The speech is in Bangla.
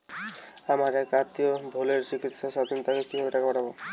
আমার এক আত্মীয় ভেলোরে চিকিৎসাধীন তাকে কি ভাবে টাকা পাঠাবো?